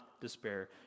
despair